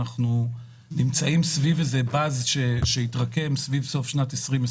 יש איזשהו באז שהתרקם סביב סוף שנת 2020,